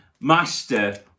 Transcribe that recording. Master